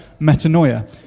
metanoia